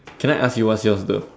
can I ask you what's yours though